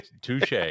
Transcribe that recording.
touche